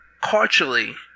Culturally